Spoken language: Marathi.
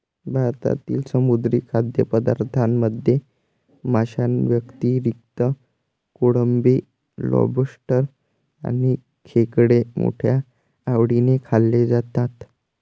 भारतातील समुद्री खाद्यपदार्थांमध्ये माशांव्यतिरिक्त कोळंबी, लॉबस्टर आणि खेकडे मोठ्या आवडीने खाल्ले जातात